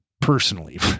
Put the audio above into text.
personally